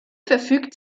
verfügt